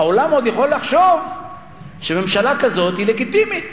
העולם עוד יכול לחשוב שממשלה כזאת היא לגיטימית.